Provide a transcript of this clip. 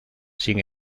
sin